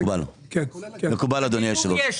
מקובל, אדוני היושב-ראש.